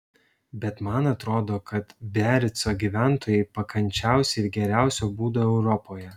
bet man atrodo kad biarico gyventojai pakančiausi ir geriausio būdo europoje